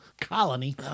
colony